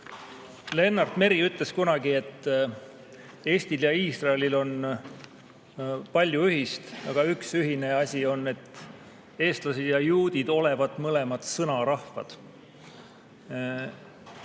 Lennart Meri ütles kunagi, et Eestil ja Iisraelil on palju ühist, ja üks ühine asi on see, et eestlased ja juudid olevat mõlemad sõnarahvad.